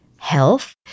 health